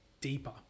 deeper